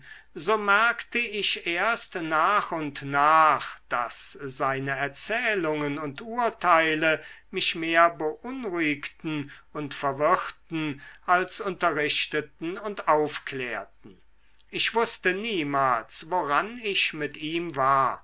so merkte ich erst nach und nach daß seine erzählungen und urteile mich mehr beunruhigten und verwirrten als unterrichteten und aufklärten ich wußte niemals woran ich mit ihm war